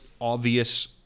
obvious